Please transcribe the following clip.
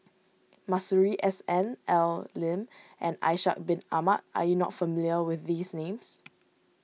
Masuri S N Al Lim and Ishak Bin Ahmad are you not familiar with these names